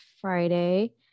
Friday